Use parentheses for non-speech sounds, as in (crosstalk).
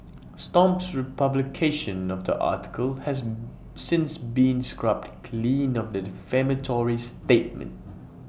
stomp's republication of the article has since been scrubbed clean of the defamatory statement (noise)